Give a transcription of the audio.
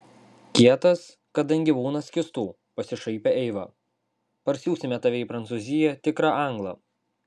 kietas kadangi būna skystų pasišaipė eiva parsiųsime tave į prancūziją tikrą anglą